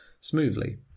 smoothly